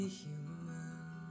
human